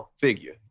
figure